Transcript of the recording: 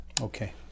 Okay